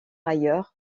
ailleurs